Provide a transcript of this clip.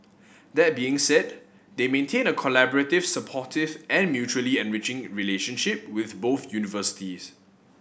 that being said they maintain a collaborative supportive and mutually enriching relationship with both universities